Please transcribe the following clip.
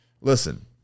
Listen